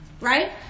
Right